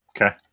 Okay